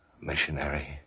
Missionary